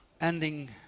ending